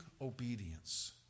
obedience